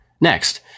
next